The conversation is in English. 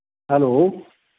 hello